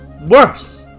worse